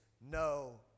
no